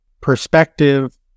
perspective